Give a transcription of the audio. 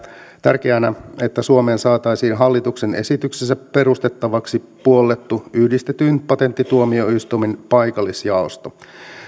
tärkeänä että suomeen saataisiin hallituksen esityksessä perustettavaksi puollettu yhdistetyn patenttituomioistuimen paikallisjaosto